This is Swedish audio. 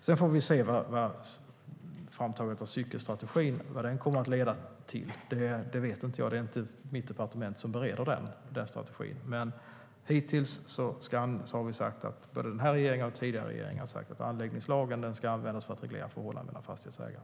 Vi får se vad framtagandet av cykelstrategin kommer att leda till. Jag vet inte det, för det är inte mitt departement som bereder den. Men både denna regering och tidigare regering har sagt att anläggningslagen ska användas för att reglera förhållanden mellan fastighetsägare.